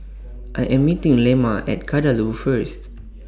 I Am meeting Lemma At Kadaloor First